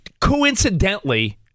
coincidentally